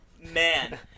Man